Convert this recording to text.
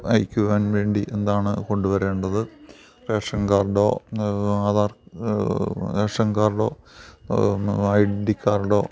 അയക്കുവാൻ വേണ്ടി എന്താണ് കൊണ്ടുവരേണ്ടത് റേഷൻ കാർഡോ ആധാർ റേഷൻ കാർഡോ ഐഡൻറ്റിറ്റി കാർഡോ